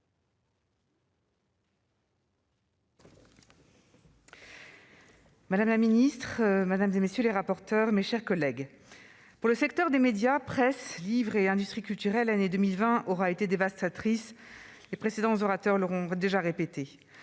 Madame la ministre, madame, messieurs les rapporteurs, mes chers collègues, pour le secteur des médias, presse, livre et industries culturelles, l'année 2020 aura été dévastatrice. Les orateurs précédents l'ont répété.